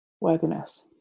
worthiness